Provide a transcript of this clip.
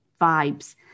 vibes